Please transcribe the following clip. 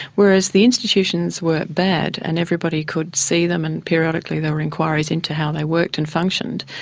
whereas the institutions were bad and everybody could see them and periodically there were inquiries into how they worked and functioned,